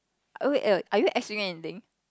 wait wait are you actually doing anything